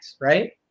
right